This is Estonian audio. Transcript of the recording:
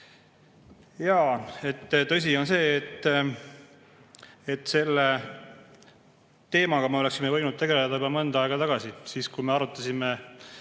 Jaa, tõsi on see, et selle teemaga me oleksime võinud tegeleda juba mõnda aega tagasi, kui me arutasime